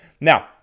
Now